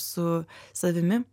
su savimi